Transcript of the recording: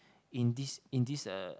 in this in this uh